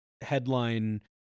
headline